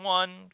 one